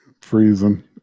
freezing